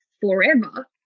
forever